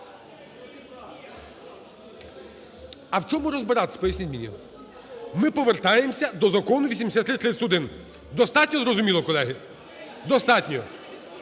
А в чому розбиратись, поясніть мені? Ми повертаємось до Закону 8331, достатньо зрозуміло, колеги? Достатньо.